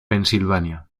pensilvania